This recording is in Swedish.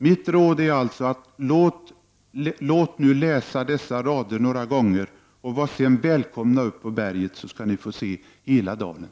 Mitt råd är alltså: Läs dessa ord några gånger, och var sedan välkomna upp på berget så skall ni få se hela dalen!